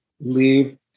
leave